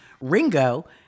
Ringo